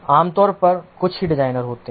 आमतौर पर कुछ ही डिजाइनर होते है